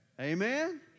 Amen